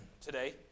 today